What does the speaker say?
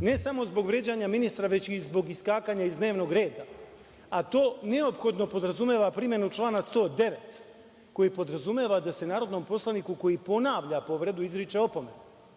ne samo zbog vređanja ministra, već i zbog iskakanja iz dnevnog reda, a to neophodno podrazumeva primenu člana 109, koji podrazumeva da se narodnom poslaniku koji ponavlja povredu izriče opomena. Mi